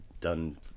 done